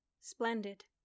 splendid